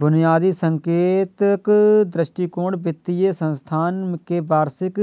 बुनियादी संकेतक दृष्टिकोण वित्तीय संस्थान के वार्षिक